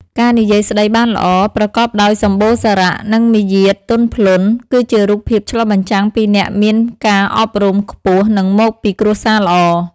ការនិយាយស្ដីបានល្អ ប្រកបដោយសម្បូរសារៈ និងមារយាទទន់ភ្លន់ គឺជារូបភាពឆ្លុះបញ្ចាំងពីអ្នកមានការអប់រំខ្ពស់ និងមកពីគ្រួសារល្អ។